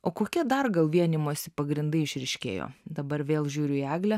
o kokie dar gal vienijimosi pagrindai išryškėjo dabar vėl žiūriu į eglę